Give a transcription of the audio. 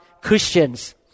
Christians